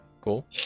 Cool